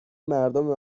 مردم